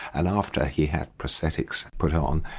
and after he had prosthetics put on,